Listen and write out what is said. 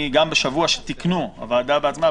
גם בשבוע שהוועדה בעצמה תיקנה,